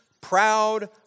proud